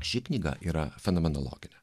ši knyga yra fenomenologinė